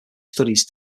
studies